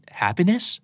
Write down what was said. happiness